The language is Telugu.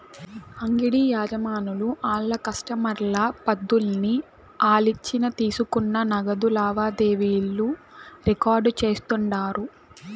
అంగిడి యజమానులు ఆళ్ల కస్టమర్ల పద్దుల్ని ఆలిచ్చిన తీసుకున్న నగదు లావాదేవీలు రికార్డు చేస్తుండారు